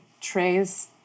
trays